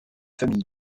famille